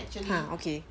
!huh! okay